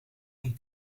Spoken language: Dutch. een